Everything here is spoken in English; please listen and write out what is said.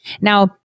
Now